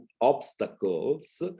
obstacles